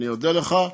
אני אודה לך,